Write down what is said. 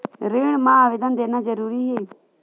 ऋण मा आवेदन देना जरूरी हे?